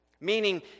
Meaning